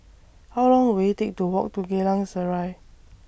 How Long Will IT Take to Walk to Geylang Serai